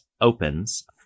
opens